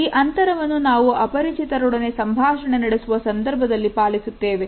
ಈ ಅಂತರವನ್ನು ನಾವು ಅಪರಿಚಿತರೊಡನೆ ಸಂಭಾಷಣೆ ನಡೆಸುವ ಸಂದರ್ಭದಲ್ಲಿ ಪಾಲಿಸುತ್ತೇವೆ